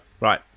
Right